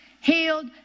Healed